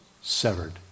Severed